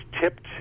tipped